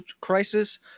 Crisis